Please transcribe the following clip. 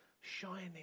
shining